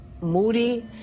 moody